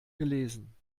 gelesen